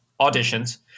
auditions